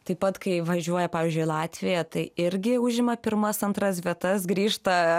taip pat kai važiuoja pavyzdžiui latvijoje tai irgi užima pirmas antras vietas grįžta